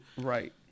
Right